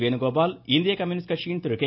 வேணுகோபால் இந்திய கம்யூனிஸ்ட் கட்சியின் கே